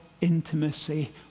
intimacy